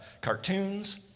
cartoons